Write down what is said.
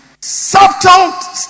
Subtle